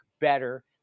better